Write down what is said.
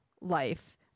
life